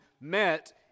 met